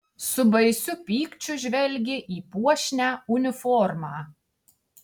su baisiu pykčiu žvelgė į puošnią uniformą